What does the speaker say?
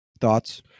Thoughts